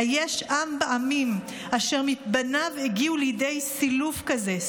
"היש עם בעמים אשר בניו הגיעו לידי סילוף כזה,